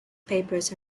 papers